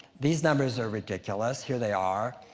these numbers are ridiculous. here they are.